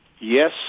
Yes